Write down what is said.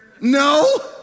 No